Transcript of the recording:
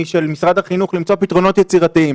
ושל משרד החינוך למצוא פתרונות יצירתיים